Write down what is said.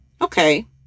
Okay